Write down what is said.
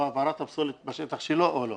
או העברת הפסולת בשטח שלו או לא.